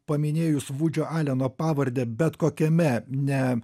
paminėjus vudžio aleno pavardę bet kokiame ne